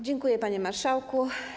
Dziękuję, panie marszałku.